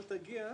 אל תגיע,